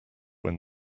when